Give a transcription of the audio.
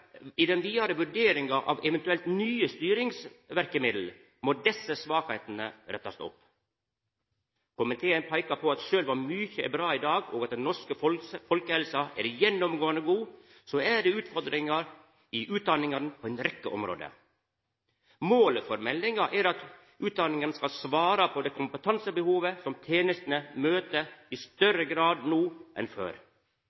I den vidare vurderinga av eventuelt nye styringsverkemiddel må desse svakheitene rettast opp. Komiteen peikar på at sjølv om mykje er bra i dag, og at den norske folkehelsa er gjennomgåande god, er det utfordringar i utdanningane på ei rekkje område. Målet for meldinga er at utdanningane skal svara på det kompetansebehovet som tenestene møter i